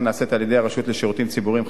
נעשית על-ידי הרשות לשירותים ציבוריים,